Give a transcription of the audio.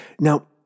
Now